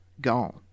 Gone